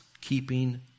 keeping